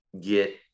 get